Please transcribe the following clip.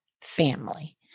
family